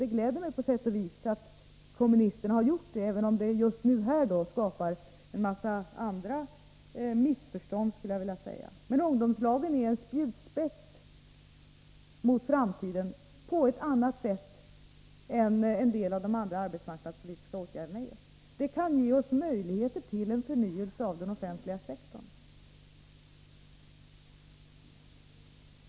Det gläder mig på sätt och vis att kommunisterna gjort det, även om det just här skapar en massa andra missförstånd. Men ungdomslagen är en spjutspets mot framtiden på ett annat sätt än en del av de andra arbetsmarknadspolitiska åtgärderna. De kan ge oss möjligheter till förnyelse av den offentliga sektorn.